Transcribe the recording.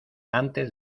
antes